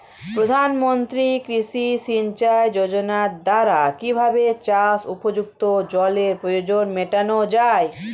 প্রধানমন্ত্রী কৃষি সিঞ্চাই যোজনার দ্বারা কিভাবে চাষ উপযুক্ত জলের প্রয়োজন মেটানো য়ায়?